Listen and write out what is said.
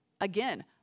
Again